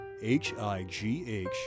H-I-G-H